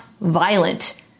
violent